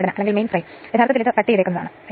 അതിനാൽ മനപൂർവ്വം അത് എടുത്തു എന്തായാലും